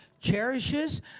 cherishes